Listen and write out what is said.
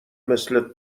مثل